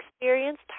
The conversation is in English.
experienced